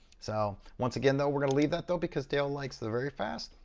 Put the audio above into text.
so once again though, we're gonna leave that, though, because dale likes the very fast.